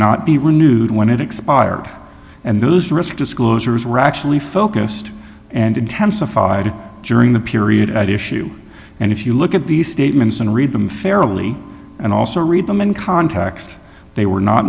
not be renewed when it expired and those risk disclosures were actually focused and intensified during the period at issue and if you look at these statements and read them fairly and also read them in context they were not